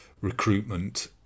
recruitment